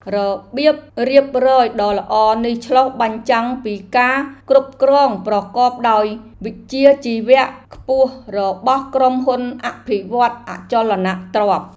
របៀបរៀបរយដ៏ល្អនេះឆ្លុះបញ្ចាំងពីការគ្រប់គ្រងប្រកបដោយវិជ្ជាជីវៈខ្ពស់របស់ក្រុមហ៊ុនអភិវឌ្ឍន៍អចលនទ្រព្យ។